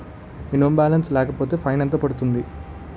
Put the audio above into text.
Minimum balance లేకపోతే fine ఎంత పడుతుంది?